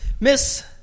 Miss